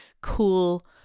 cool